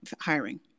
Hiring